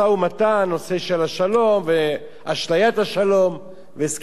נושא של השלום ואשליית השלום והסכם אוסלו.